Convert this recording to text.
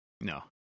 No